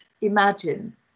imagine